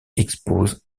expose